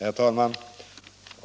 Herr talman!